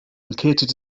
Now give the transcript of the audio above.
located